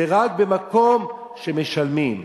ורק במקום שמשלמים.